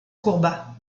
courba